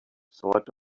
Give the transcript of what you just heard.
sort